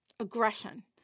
aggression